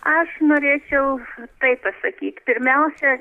aš norėčiau taip pasakyt pirmiausia